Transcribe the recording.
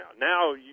Now